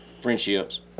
friendships